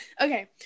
Okay